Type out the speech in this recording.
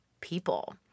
people